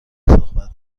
صحبت